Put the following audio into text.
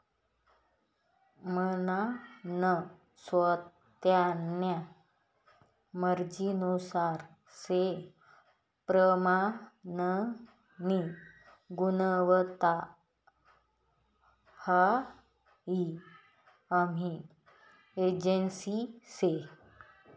प्रमानन स्वतान्या मर्जीनुसार से प्रमाननी गुणवत्ता हाई हमी एजन्सी शे